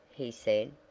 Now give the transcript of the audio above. he said,